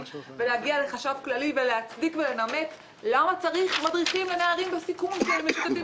להגיע לחשב הכללי ולהצדיק ולנמק למה צריך מדריכים לנערים בסיכון שמסתובבים